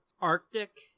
Arctic